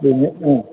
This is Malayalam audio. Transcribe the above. പിന്നെ ആ